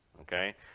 okay